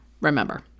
remember